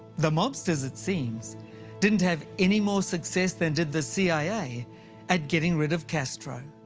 the mobsters it seems didn't have any more success than did the cia at getting rid of castro.